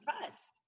trust